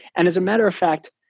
and as a matter of fact,